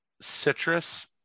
citrus